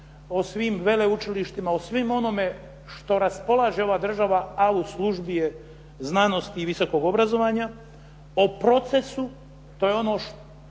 o svim veleučilištima, o svim onome što raspolaže ova država, a u službi je znanosti i visokog obrazovanja, o procesu, to je ono